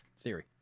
theory